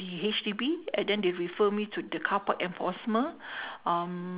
he~ H_D_B and then they refer me to the car park enforcement um